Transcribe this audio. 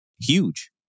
Huge